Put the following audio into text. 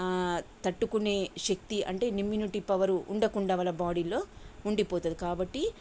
తట్టుకునే శక్తి అంటే ఇమ్యూనిటీ పవరు ఉండకుండా వాళ్ళ బాడీలో ఉండిపోతుంది కాబట్టి